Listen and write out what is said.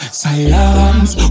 silence